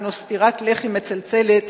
הינו סטירת לחי מצלצלת